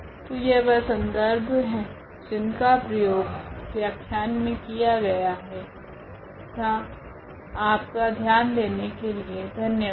तो यह वह संदर्भ है जिनका प्रयोग व्याख्यान मे किया गया है तथा आपका ध्यान देने के लिए धन्यवाद